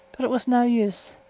but it was no use.